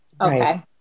okay